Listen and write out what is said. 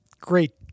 Great